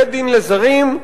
בית-דין לזרים,